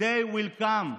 they will come.